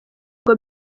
ngo